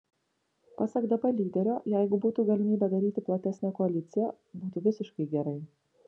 pasak dp lyderio jeigu būtų galimybė daryti platesnę koaliciją būtų visiškai gerai